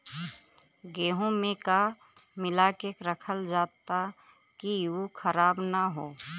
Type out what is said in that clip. गेहूँ में का मिलाके रखल जाता कि उ खराब न हो?